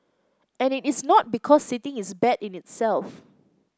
and it is not because sitting is bad in itself